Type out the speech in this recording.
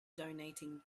donating